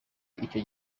icyo